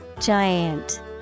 Giant